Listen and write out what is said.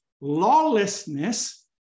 lawlessness